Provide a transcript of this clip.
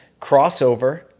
crossover